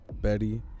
Betty